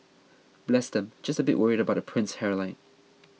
bless them just a bit worried about the prince's hairline